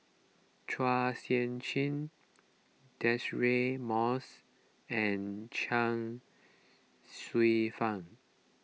Chua Sian Chin Deirdre Moss and Chuang Hsueh Fang